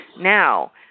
now